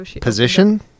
position